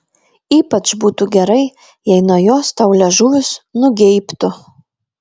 ypač būtų gerai jei nuo jos tau liežuvis nugeibtų